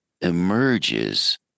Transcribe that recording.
emerges